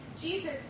Jesus